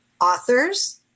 Authors